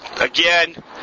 again